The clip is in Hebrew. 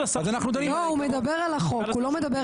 הוא מדבר על החוק.